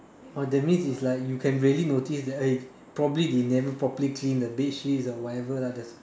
oh that means is like you can really notice that eh probably they never properly clean the bedsheets or whatever lah there's